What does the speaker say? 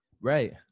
right